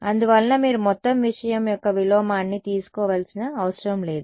అందువలన మీరు మొత్తం విషయం యొక్క విలోమాన్ని తీసుకోవలసిన అవసరం లేదు